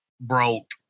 broke